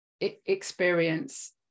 experience